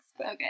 Okay